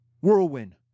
whirlwind